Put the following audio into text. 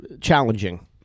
challenging